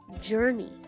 journey